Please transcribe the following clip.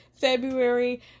February